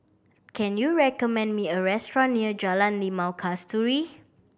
can you recommend me a restaurant near Jalan Limau Kasturi